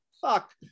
fuck